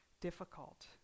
difficult